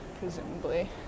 presumably